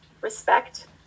respect